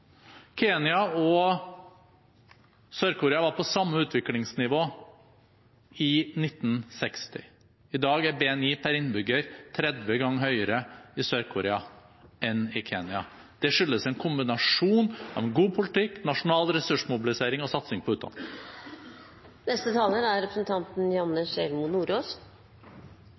og Sør-Korea var på samme utviklingsnivå i 1960. I dag er BNI per innbygger 30 ganger høyere i Sør-Korea enn i Kenya. Det skyldes en kombinasjon av en god politikk, nasjonal ressursmobilisering og satsing på utdanning. I debatten kom representanten